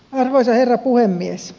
arvoisa herra puhemies